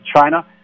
China